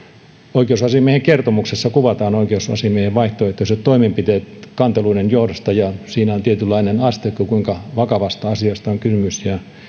oikeusasiamiehen kertomuksessa kuvataan oikeusasiamiehen vaihtoehtoiset toimenpiteet kanteluiden johdosta ja siinä on tietynlainen asteikko kuinka vakavasta asiasta on kysymys ja